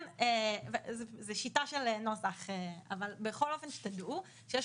זה שיטה של נוסח אבל בכל אופן שתדעו שיש